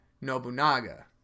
Nobunaga